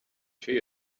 she